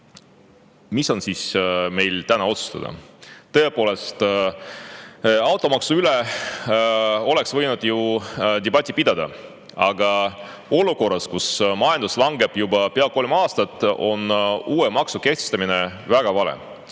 mis on siis meil täna otsustada? Tõepoolest, automaksu üle oleks võinud ju debatti pidada, sest olukorras, kus majandus langeb juba pea kolm aastat, on uue maksu kehtestamine väga vale.